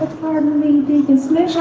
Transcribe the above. me, deacon smith,